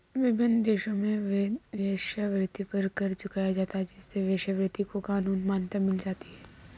विभिन्न देशों में वेश्यावृत्ति पर कर चुकाया जाता है जिससे वेश्यावृत्ति को कानूनी मान्यता मिल जाती है